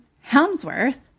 helmsworth